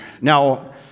Now